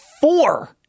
four